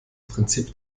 prinzip